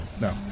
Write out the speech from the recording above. No